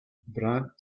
brandt